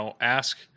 ask